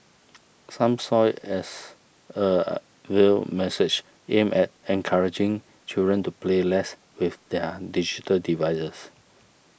some saw it as a veiled message aimed at encouraging children to play less with their digital devices